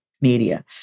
media